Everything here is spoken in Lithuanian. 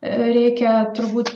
reikia turbūt